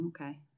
Okay